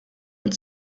mit